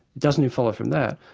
doesn't it follow from that,